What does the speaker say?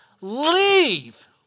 leave